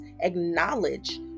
acknowledge